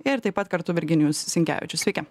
ir taip pat kartu virginijus sinkevičius sveiki